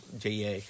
JA